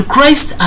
Christ